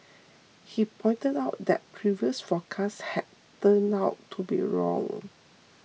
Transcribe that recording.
he pointed out that previous forecasts had turned out to be wrong